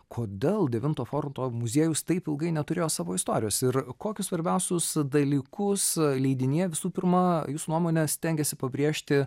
kodėl devinto forto muziejus taip ilgai neturėjo savo istorijos ir kokius svarbiausius dalykus leidinyje visų pirma jūsų nuomone stengiasi pabrėžti